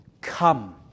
Come